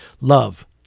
Love